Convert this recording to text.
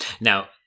Now